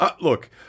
Look